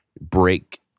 break